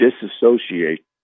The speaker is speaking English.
disassociate